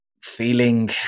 feeling